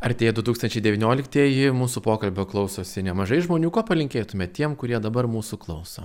artėja du tūkstančiai devynioliktieji mūsų pokalbio klausosi nemažai žmonių ko palinkėtumėt tiem kurie dabar mūsų klauso